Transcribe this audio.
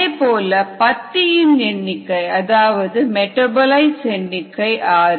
அதேபோல பத்தியின் எண்ணிக்கை அதாவது மெடாபோலிட்ஸ் எண்ணிக்கையும் ஆறு